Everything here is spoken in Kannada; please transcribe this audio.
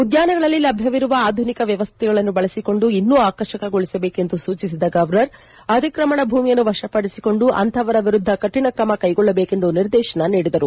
ಉದ್ದಾನಗಳಲ್ಲಿ ಲಭ್ಯವಿರುವ ಆಧುನಿಕ ವ್ಯವಸ್ಥೆಗಳನ್ನು ಬಳಸಿಕೊಂಡು ಇನ್ನೂ ಆಕರ್ಷಕಗೊಳಿಸಬೇಕೆಂದು ಸೂಚಿಸಿದ ಗವರ್ನರ್ ಅತಿಕ್ರಮಣ ಭೂಮಿಯನ್ನು ವಶಪಡಿಸಿಕೊಂಡು ಅಂಥವರ ವಿರುದ್ದ ಕಠಿಣ ಕ್ರಮ ಕೈಗೊಳ್ಳಬೇಕೆಂದು ನಿರ್ದೇಶನ ನೀಡಿದರು